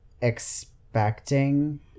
expecting